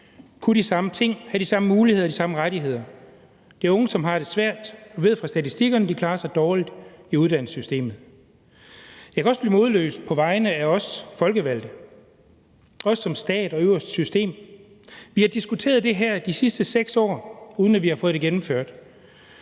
kunne de samme ting og have de samme muligheder og de samme rettigheder. Det er unge, som har det svært. Vi ved fra statistikkerne, at de klarer sig dårligt i uddannelsessystemet. Jeg kan også blive modløs på vegne af os folkevalgte, os som stat og øverste system. Vi har diskuteret det her de sidste 6 år, uden at vi har fået det gennemført.